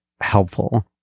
helpful